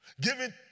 giving